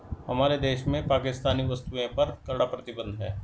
हमारे देश में पाकिस्तानी वस्तुएं पर कड़ा प्रतिबंध हैं